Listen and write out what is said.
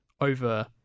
over